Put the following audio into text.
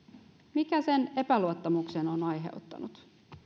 mikä sen epäluottamuksen on aiheuttanut